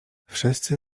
wszyscy